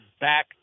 back